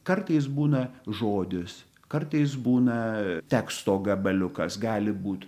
kartais būna žodis kartais būna teksto gabaliukas gali būt